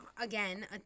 Again